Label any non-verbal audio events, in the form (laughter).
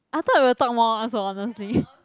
I thought we will talk more also honestly (breath)